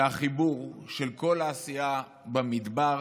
שהחיבור של כל העשייה במדבר